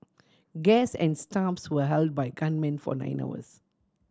guest and staff were held by gunmen for nine hours